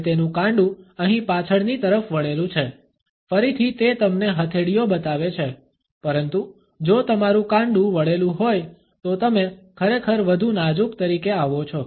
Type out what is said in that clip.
અને તેનું કાંડું અહીં પાછળની તરફ વળેલું છે ફરીથી તે તમને હથેળીઓ બતાવે છે પરંતુ જો તમારું કાંડું વળેલું હોય તો તમે ખરેખર વધુ નાજુક તરીકે આવો છો